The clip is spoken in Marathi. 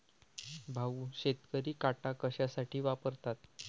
भाऊ, शेतकरी काटा कशासाठी वापरतात?